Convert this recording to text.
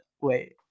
wait